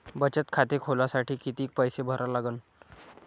बचत खाते खोलासाठी किती पैसे भरा लागन?